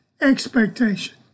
expectation